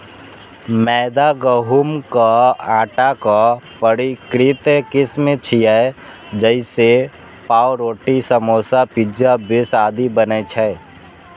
मैदा गहूंमक आटाक परिष्कृत किस्म छियै, जइसे पावरोटी, समोसा, पिज्जा बेस आदि बनै छै